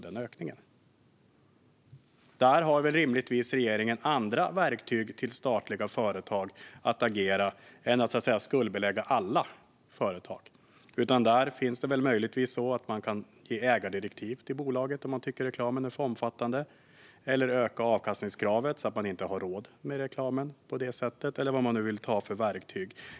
Regeringen har rimligen andra verktyg för att agera mot statliga företag än att så att säga skuldbelägga alla företag. Man kan ge ägardirektiv till företaget om man tycker att reklamen är för omfattande, öka avkastningskravet så att det inte har råd med reklam på detta sätt eller vad man nu vill ta till för verktyg.